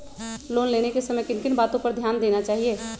Loan लेने के समय किन किन वातो पर ध्यान देना चाहिए?